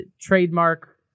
trademark